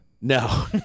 No